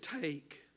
take